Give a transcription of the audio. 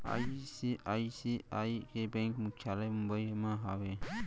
ICICI के bank मुख्यालय मुंबई म हावय